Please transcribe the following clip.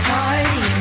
Party